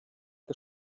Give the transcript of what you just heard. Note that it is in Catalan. que